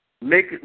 make